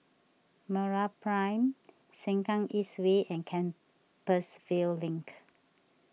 MeraPrime Sengkang East Way and Compassvale Link